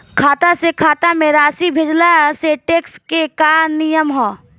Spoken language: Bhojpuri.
खाता से खाता में राशि भेजला से टेक्स के का नियम ह?